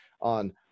on